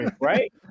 right